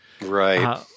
Right